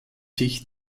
sich